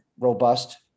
robust